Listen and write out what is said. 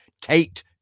Tate